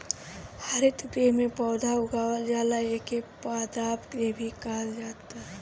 हरितगृह में पौधा उगावल जाला एके पादप गृह भी कहल जाला